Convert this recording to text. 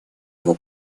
его